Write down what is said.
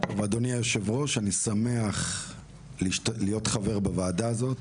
אדוני יושב הראש אני שמח להיות חבר בוועדה הזאת,